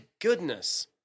goodness